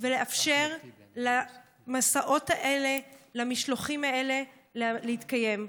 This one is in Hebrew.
ולאפשר למסעות האלה, למשלוחים האלה, להתקיים?